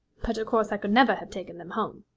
but, of course, i could never have taken them home